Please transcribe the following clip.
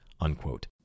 Unquote